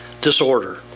Disorder